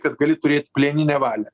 kad gali turėt plieninę valią